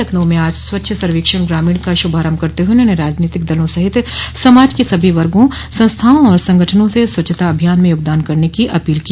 लखनऊ में आज स्वच्छ सर्वेक्षण ग्रामीण का श्रभारम्भ करते हुए उन्होंने राजनीतिक दलों सहित समाज के सभी वर्गो संस्थाओं और संगठनों से स्वच्छता अभियान में योगदान करने की अपील की